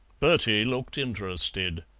bertie looked interested.